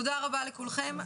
תודה רבה לכולכם.